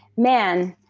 man,